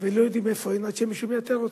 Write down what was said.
ולא יודעים איפה הן עד שמישהו מאתר אותן.